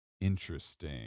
Interesting